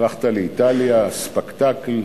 הלכת לאיטליה, ספקטקל,